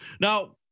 Now